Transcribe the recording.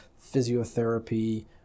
physiotherapy